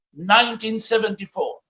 1974